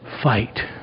fight